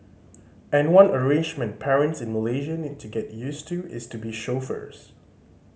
and one arrangement parents in Malaysia need to get used to is to be chauffeurs